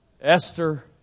Esther